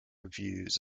reviews